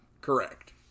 Correct